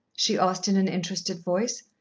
she asked in an interested voice,